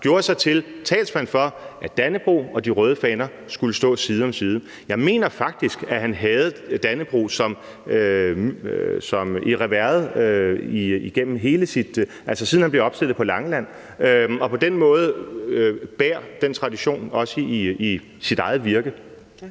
gjorde sig til talsmand for, at dannebrog og de røde faner skulle stå side om side. Jeg mener faktisk, at han havde dannebrog i reverset, siden han blev opstillet på Langeland, og på den måde bar den tradition, også i sit eget virke. Kl.